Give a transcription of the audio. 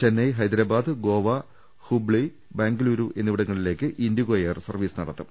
ചെന്നൈ ഹൈദരാബാദ് ഗോവ ഹൂബ്ലി ബംഗളൂരു എന്നിവിടങ്ങളിലേക്ക് IndiGo air service നടത്തും